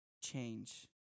change